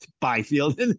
byfield